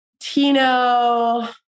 Tino